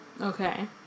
Okay